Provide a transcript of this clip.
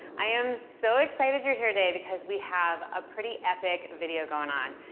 i am so excited you're here today, because we have a pretty epic video going on.